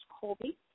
Colby